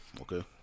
Okay